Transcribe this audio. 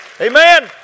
Amen